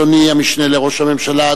אדוני המשנה לראש הממשלה,